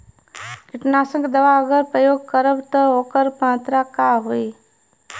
कीटनाशक दवा अगर प्रयोग करब त ओकर मात्रा का होई?